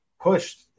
pushed